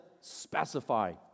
specify